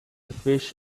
fish